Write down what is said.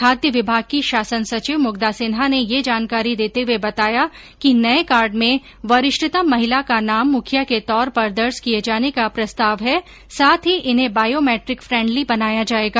खाद्य विभाग की शासन सचिव मुग्धा सिन्हा ने ये जानकारी देते हुए बताया कि नये कार्ड में वरिष्ठतम महिला का नाम मुखिया के तौर पर दर्ज किये जाने का प्रस्ताव है साथ ही इन्हें बायोमैट्रिक फ्रैंडली बनाया जायेगा